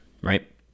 right